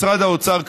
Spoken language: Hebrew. משרד האוצר,